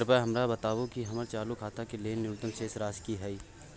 कृपया हमरा बताबू कि हमर चालू खाता के लेल न्यूनतम शेष राशि की हय